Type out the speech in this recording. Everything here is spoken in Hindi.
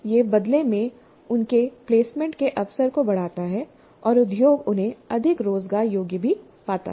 यह बदले में उनके प्लेसमेंट के अवसर को बढ़ाता है और उद्योग उन्हें अधिक रोजगार योग्य भी पाता है